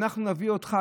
אנחנו נביא אותך,